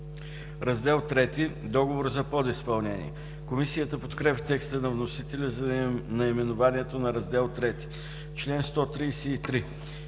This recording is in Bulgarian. „Раздел ІІІ – Договор за подизпълнение“. Комисията подкрепя текста на вносителя за наименованието на Раздел ІІІ.